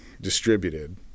distributed